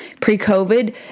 Pre-COVID